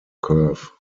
curve